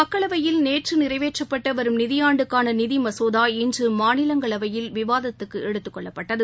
மக்களவையில் நேற்று நிறைவேற்றப்பட்ட வரும் நிதியாண்டுக்கான நிதி மசோதா இன்று மாநிலங்களவையில் விவாதத்துக்கு எடுத்துக் கொள்ளப்பட்டது